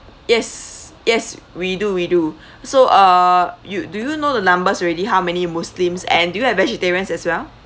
yes yes we do we do so uh you do you know the numbers already how many muslims and do you have vegetarians as well